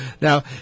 Now